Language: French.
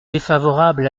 défavorable